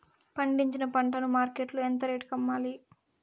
పండించిన పంట ను మార్కెట్ లో ఎంత రేటుకి అమ్మాలి?